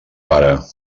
pare